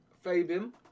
Fabian